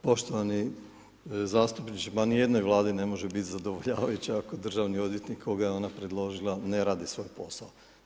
Poštovani zastupniče, pa nijednoj Vladi ne može biti zadovoljavajuće ako držani odvjetnik koga je ona predložila ne radi svoj posao.